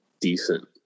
decent